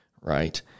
right